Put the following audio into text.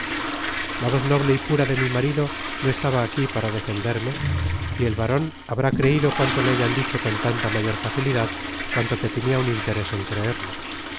la voz noble y pura de mi marido no estaba aqui para defenderme y el baron habrá creido cuanto le hayan dicho con tanta mayor facilidad cuanto que tenia un interés en creerlo